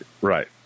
Right